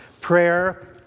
Prayer